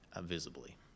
visibly